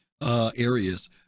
areas